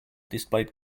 displayed